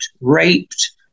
raped